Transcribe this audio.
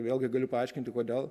vėlgi galiu paaiškinti kodėl